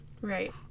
Right